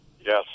Yes